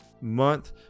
month